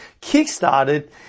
Kick-started